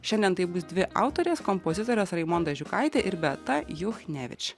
šiandien tai bus dvi autorės kompozitorės raimonda žiūkaitė ir beata juchnevič